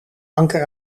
anker